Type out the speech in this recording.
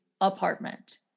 apartment